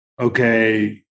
Okay